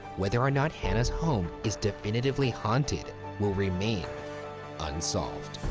whether or not hannah's home is definitively haunted will remain unsolved.